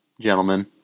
gentlemen